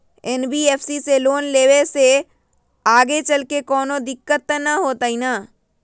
NBFC से loan लेबे से आगेचलके कौनो दिक्कत त न होतई न?